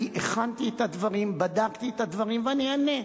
אני הכנתי את הדברים, בדקתי את הדברים ואני אענה.